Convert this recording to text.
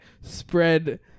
spread